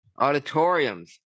auditoriums